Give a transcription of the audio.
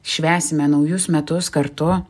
švęsime naujus metus kartu